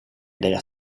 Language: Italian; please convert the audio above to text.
della